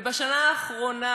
ובשנה האחרונה,